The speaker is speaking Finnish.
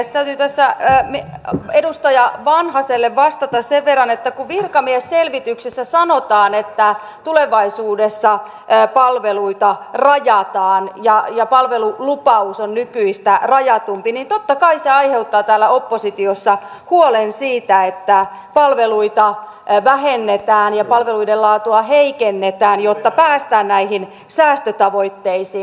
täytyy tässä edustaja vanhaselle vastata sen verran että kun virkamiesselvityksessä sanotaan että tulevaisuudessa palveluita rajataan ja palvelulupaus on nykyistä rajatumpi niin totta kai se aiheuttaa täällä oppositiossa huolen siitä että palveluita vähennetään ja palveluiden laatua heikennetään jotta päästään näihin säästötavoitteisiin